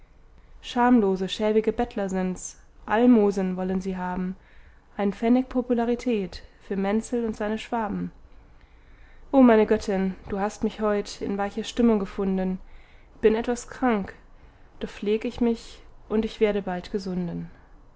schamlose schäbige bettler sind's almosen wollen sie haben ein'n pfennig popularität für menzel und seine schwaben oh meine göttin du hast mich heut in weicher stimmung gefunden bin etwas krank doch pfleg ich mich und ich werde bald gesunden